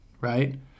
right